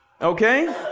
Okay